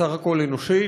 בסך הכול אנושית,